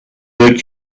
good